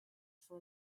for